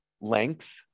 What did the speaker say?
length